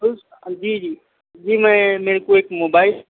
جی جی جی میں میرے کو ایک موبائل